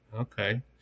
Okay